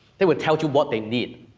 they would tell you what they need,